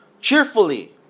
cheerfully